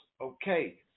okay